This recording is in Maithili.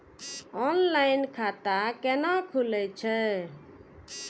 ऑफलाइन खाता कैना खुलै छै?